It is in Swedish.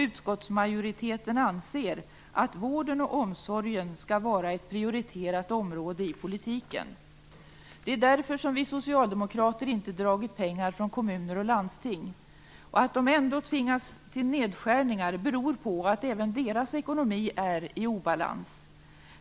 Utskottsmajoriteten anser att vården och omsorgen skall vara ett prioriterat område i politiken. Det är därför som vi socialdemokrater inte har dragit pengar från kommuner och landsting. Att de ändå tvingas till nedskärningar beror på att även deras ekonomi är i obalans.